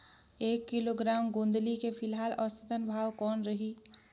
एक किलोग्राम गोंदली के फिलहाल औसतन भाव कौन रही?